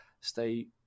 stay